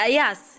yes